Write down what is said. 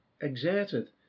exerted